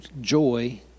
joy